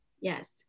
yes